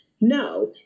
No